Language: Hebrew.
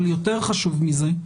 אבל יותר חשוב מזה,